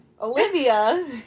Olivia